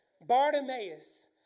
Bartimaeus